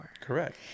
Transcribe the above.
correct